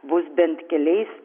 bus bent keliais